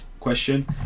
question